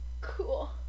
cool